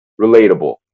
relatable